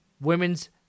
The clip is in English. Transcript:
women's